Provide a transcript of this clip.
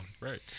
Right